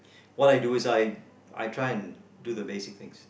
what I do is I I try and do the basic things